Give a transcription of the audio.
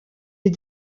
est